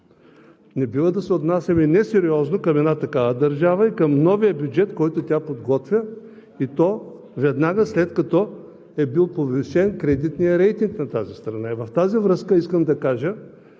Не бива да се отнасяме несериозно към една такава държава и към новия бюджет, който тя подготвя, и то веднага след като е бил повишен кредитният рейтинг на тази страна.